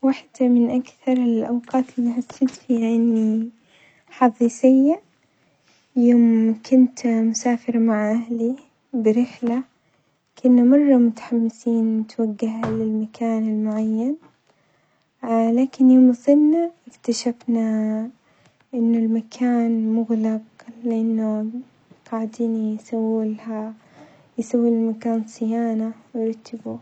واحدة من أكثر الأوقات اللي حسيت فيها إني حظي سيء يوم كنت مسافرة مع أهلي برحلة كنا مرة متحمسين توجهنا للمكان المعين، لكن يوم وصلنا اكتشفنا أنه المكان مغلق لأنه قاعدين يسوولها يسوون للمكان صيانة ويرتبوه.